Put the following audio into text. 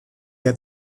der